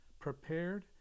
prepared